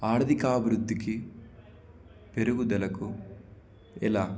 ఆర్థిక అభివృద్ధికి పెరుగుదలకు ఎలా